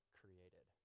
created